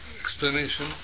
explanation